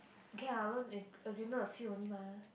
okay lah loan a~ agreement a few only mah